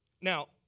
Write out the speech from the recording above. Now